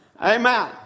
Amen